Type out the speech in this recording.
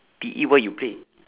P_E what you play